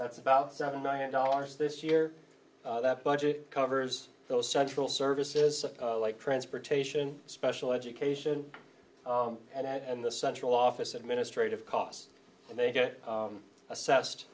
that's about seven million dollars this year that budget covers those central services like transportation special education and the central office administrative costs and they get assessed